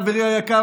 חברי היקר,